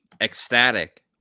ecstatic